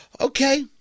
Okay